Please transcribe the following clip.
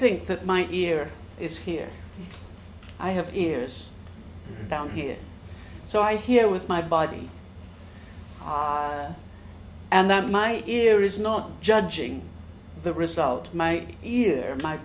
think that my ear is here i have ears down here so i hear with my body and that my ear is not judging the result my ear my